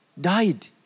died